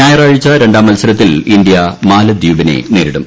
ഞായറാഴ്ച രണ്ടാം മത്സരത്തിൽ ഇന്ത്യ മാലെദ്വീപിനെ നേരിടും